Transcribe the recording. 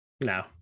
No